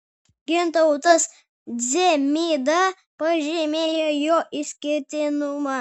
gintautas dzemyda pažymėjo jo išskirtinumą